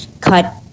cut